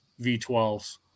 V12s